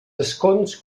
escons